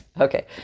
Okay